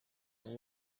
and